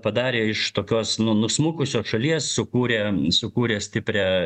padarė iš tokios nu nusmukusios šalies sukūrė sukūrė stiprią